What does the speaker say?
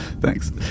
Thanks